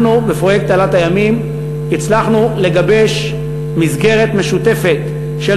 אנחנו בפרויקט תעלת הימים הצלחנו לגבש מסגרת משותפת של